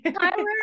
Tyler